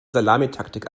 salamitaktik